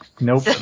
Nope